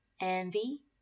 envy